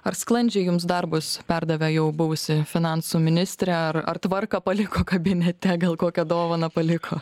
ar sklandžiai jums darbus perdavė jau buvusi finansų ministrė ar ar tvarką paliko kabinete gal kokią dovaną paliko